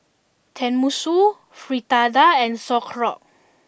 Tenmusu Fritada and Sauerkraut